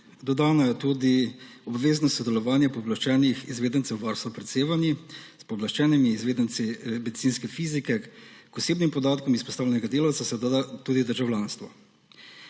dodano je tudi obvezno sodelovanje pooblaščenih izvedencev varstva pred sevanji s pooblaščenimi izvedenci medicinske fizike; k osebnim podatkom izpostavljenega delavca se doda tudi državljanstvo;